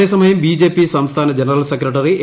അതേസമയം ബിജെപി സംസ്ഥാന general secretary A